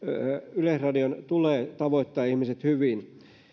yleisradion tulee myöskin tavoittaa ihmiset hyvin